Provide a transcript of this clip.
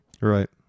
Right